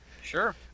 Sure